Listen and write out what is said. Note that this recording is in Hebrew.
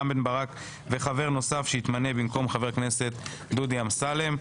רם בן ברק וחבר נוסף שיתמנה במקום חבר הכנסת דודי אמסלם.